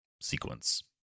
sequence